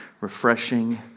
refreshing